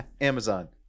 amazon